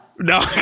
No